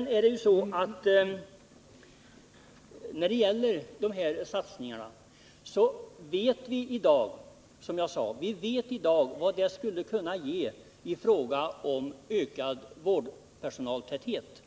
När det gäller satsningarna vet vi, som jag sade, redan i dag vad de skulle kunna ge i form av ökad vårdpersonaltäthet.